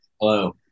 Hello